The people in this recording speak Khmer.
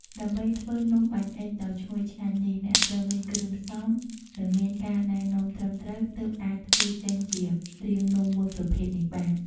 ដើម្បីធ្វើនំបាញ់អុិចដ៏ឈ្ងុយឆ្ងាញ់នេះ អ្នកត្រូវមានគ្រឿងផ្សំ និងមានការណែនាំត្រឹមត្រូវទើបអាចធ្វើចេញជារាងនាំមួយប្រភេទនេះបាន។